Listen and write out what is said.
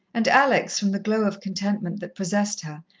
and alex, from the glow of contentment that possessed her,